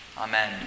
Amen